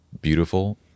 beautiful